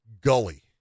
gully